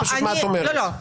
לא.